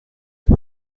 هیچ